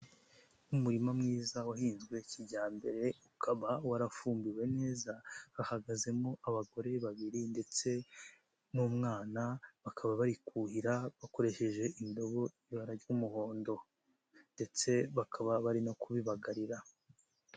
Umurima mwiza wahinzwe kijyambere ukaba warafumbiwe neza, hahagazemo abagore babiri ndetse n'umwana, bakaba barikuhira bakoresheje indobo y'ibara ry'umuhondo ndetse bakaba bari no kubibagarira.